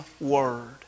word